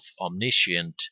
omniscient